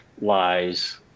lies